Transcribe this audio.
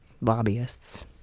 Lobbyists